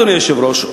אדוני היושב-ראש,